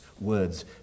words